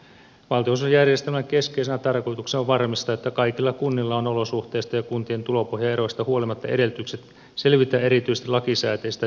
valtionosuusjärjestelmän keskeisenä tarkoituksena on varmistaa että kaikilla kunnilla on olosuhteista ja kuntien tulopohjaeroista huolimatta edellytykset selvitä erityisesti lakisääteisistä tehtävistään